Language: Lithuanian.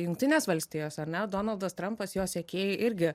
jungtinės valstijos ar ne donaldas trampas jo sekėjai irgi